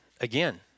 again